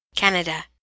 Canada